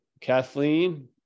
kathleen